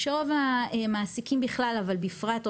שרוב המעסיקים בכלל אבל בפרט,